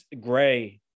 Gray